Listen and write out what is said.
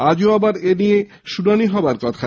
আজও আবার এ নিয়ে শুনানি হবার কথা